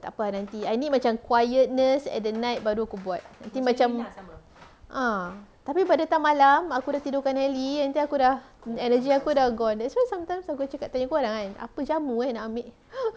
takpe ah nanti I need macam quietness at the night baru aku buat ah tapi pada time malam aku dah tidurkan elly nanti aku dah energy aku dah gone that's why sometimes aku cakap telefon apa jamu nak ambil